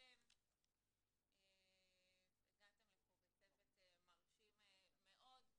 אתם הגעתם לפה בצוות מרשים מאוד,